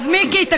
שקרנית.